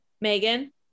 Megan